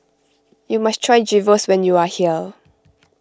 you must try Gyros when you are here